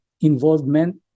involvement